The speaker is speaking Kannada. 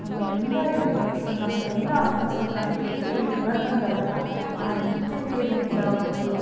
ನಮ್ಮ ಎಲ್ಲ ಎಫರ್ಟ್ಸು ನಮ್ಮ ಎಲ್ಲ ಅಭ್ಯಾಸನ ನೃತ್ಯದಲ್ಲಿ ಹೊರತಂದಾಗ ಆ ನೃತ್ಯಕ್ಕೆ ಇರುವಂಥ ಒಂದು